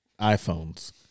iPhones